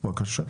בבקשה.